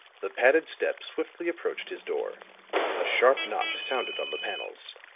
the padded steps swiftly approached his door a sharp knock sounded on the panels.